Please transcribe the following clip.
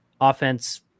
offense